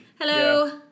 Hello